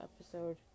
episode